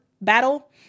battle